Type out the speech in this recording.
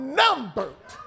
numbered